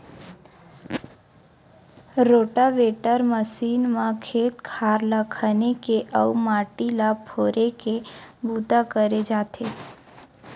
rotavator machine म खेत खार ल खने के अउ माटी ल फोरे के बूता करे जाथे